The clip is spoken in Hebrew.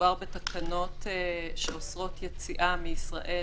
מדובר בתקנות שאוסרות יציאה מישראל.